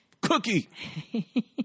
Cookie